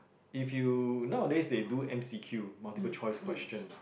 if you nowadays they do M_C_Q multiple choice question